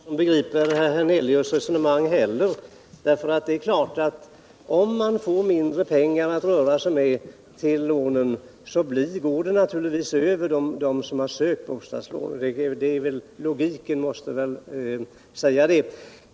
: Herr talman! Jag tror inte att det är. någon som begriper herr Hernelius resonemang heller, för det är klart att om man får mindre pengar att röra sig med till bosättningslån-så går det ut över dem som söker sådana lån. Logiken måste säga det; ss ss .